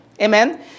Amen